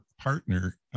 partner